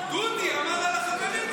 דודי אמר על החברים שלו.